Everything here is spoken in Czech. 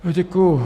Děkuju.